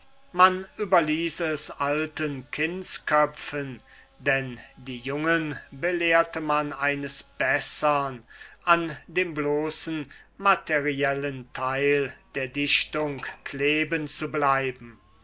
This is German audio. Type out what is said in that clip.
man überließ es alten kindsköpfen denn die jungen belehrte man eines bessern an dem bloßen materiellen teil der dichtung kleben zu bleiben